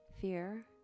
Fear